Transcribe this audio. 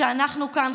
שאנחנו כאן,